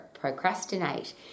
procrastinate